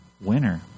winner